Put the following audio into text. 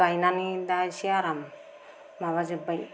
गायनानै दा एसे आराम माबाजोबबाय